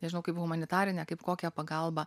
nežinau kaip humanitarinę kaip kokią pagalbą